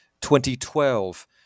2012